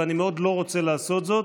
ואני מאוד לא רוצה לעשות זאת,